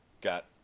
got